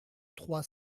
trois